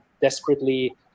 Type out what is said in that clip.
desperately